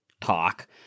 talk